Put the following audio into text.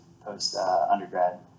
post-undergrad